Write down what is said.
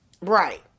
Right